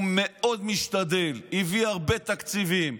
הוא מאוד משתדל, הביא הרבה תקציבים.